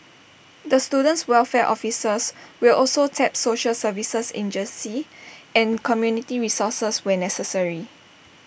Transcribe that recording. the student welfare officers will also tap social services agencies and community resources where necessary